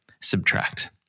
Subtract